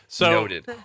Noted